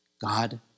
God